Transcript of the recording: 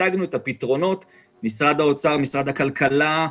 הצגנו את הפתרונות למשרד האוצר, למשרד הכלכלה,